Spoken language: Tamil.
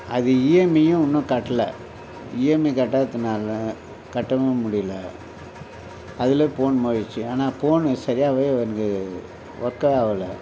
அது இஎம்ஐயும் இன்னும் கட்டல இஎம்ஐ கட்டாததுனால கட்டவும் முடியல அதில் போன் போய்டுச்சு ஏன்னா போனு சரியாகவே வந்து ஒர்க்கே ஆகல